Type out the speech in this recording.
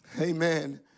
Amen